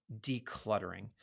decluttering